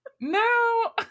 No